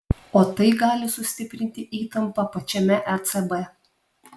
o tai gali sustiprinti įtampą pačiame ecb